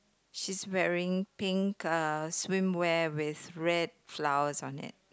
she's wearing pink uh swimwear with red flowers on it